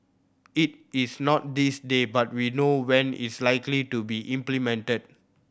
it is not this day but we know when it's likely to be implemented